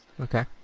Okay